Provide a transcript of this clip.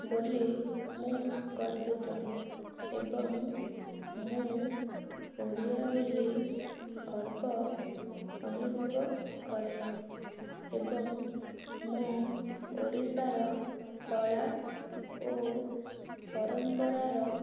ବୋଲି ମୁଁ ଗର୍ବିତ ଏବଂ ମୁଁ ଓଡ଼ିଆ ବୋଲି ଗର୍ବ ଅନୁଭବ କରେ ଏବଂ ମୁଁ ଓଡ଼ିଶାର କଳା ଓ ପରମ୍ପରାର